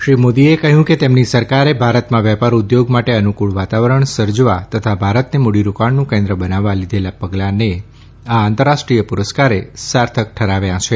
શ્રી મોદીએ કહ્યું કે તેમની સરકારે ભારતમાં વેપાર ઉદ્યોગ માટે અનુકુળ વાતાવરણ સર્જવા તથા ભારતને મૂડીરોકાણનું કેન્દ્ર બનાવવા લીધેલાં પગલાંને આ આંતરરાષ્ટ્રીય પુરસ્કારે સાર્થક ઠરાવ્યા છે